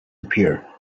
appear